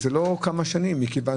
זה לא כמה שנים מכיוון